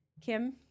Kim